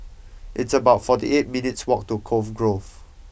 it's about fourty eight minutes' walk to Cove Grove